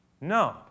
No